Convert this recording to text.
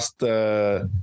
last